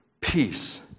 peace